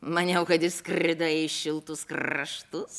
maniau kad išskridai į šiltus kraštus